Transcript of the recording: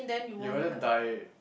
you better die